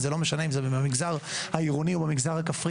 וזה לא משנה אם זה במגזר העירוני או במגזר הכפרי,